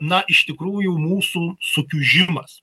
na iš tikrųjų mūsų sukiužimas